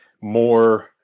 more